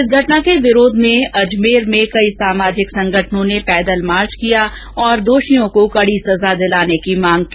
इस घटना के विरोध में अजमेर में कई सामाजिक संगठनों ने पैदल मार्च किया तथा दोषियों को कड़ी सजा दिलाने की मांग की